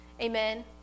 Amen